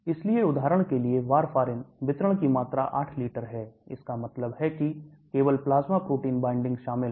इसलिए उदाहरण के लिए warfarin वितरण की मात्रा 8 लीटर है इसका मतलब है कि केवल प्लाजमा प्रोटीन बाइंडिंग शामिल है